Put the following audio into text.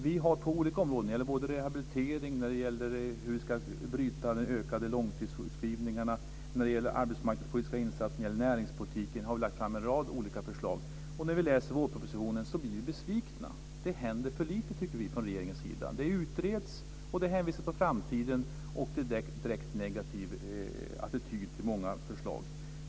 Vi har på olika områden - när det gäller rehabilitering, hur vi ska bryta de ökade långtidssjukskrivningarna, arbetsmarknadspolitiska insatser, näringspolitiken - lagt fram en rad olika förslag. När vi läser vårpropositionen blir vi besvikna. Det händer för lite från regeringens sida. Det utreds och hänvisas till framtiden, och det är en direkt negativ attityd till många förslag.